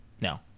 no